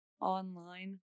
online